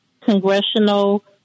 congressional